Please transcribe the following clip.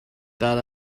thought